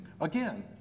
again